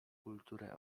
kulturę